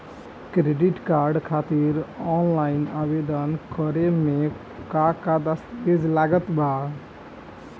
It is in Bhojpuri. क्रेडिट कार्ड खातिर ऑफलाइन आवेदन करे म का का दस्तवेज लागत बा?